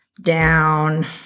down